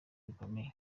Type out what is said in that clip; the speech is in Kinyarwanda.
bikomeye